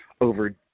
over –